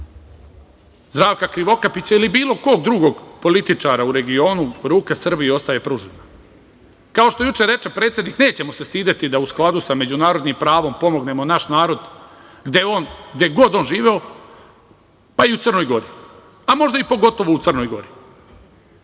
Zdravka Krivokapića ili bilo kog drugog političara u regionu, ruka Srbije ostaje pružena. Kao što juče reče predsednik – nećemo se stideti da u skladu sa međunarodnim pravom pomognemo naš narod gde god on živeo, pa i u Crnoj Gori, možda i pogotovo u Crnoj Gori.